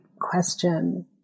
question